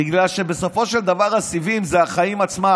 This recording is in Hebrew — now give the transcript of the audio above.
בגלל שבסופו של דבר הסיבים זה החיים עצמם.